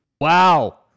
wow